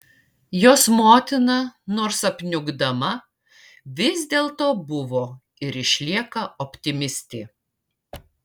jos motina nors apniukdama vis dėlto buvo ir išlieka optimistė